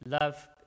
love